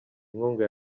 inkunga